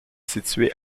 située